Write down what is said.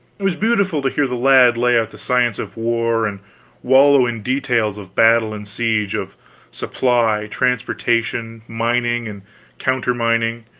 was beautiful to hear the lad lay out the science of war, and wallow in details of battle and siege, of supply, transportation, mining and countermining,